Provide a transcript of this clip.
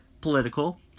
political